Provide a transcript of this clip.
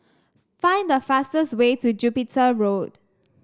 find the fastest way to Jupiter Road